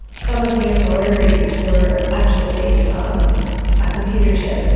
some of the embroideries were actually based on a computer chip.